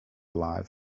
alive